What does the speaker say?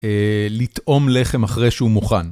לטעום לחם אחרי שהוא מוכן.